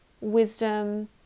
wisdom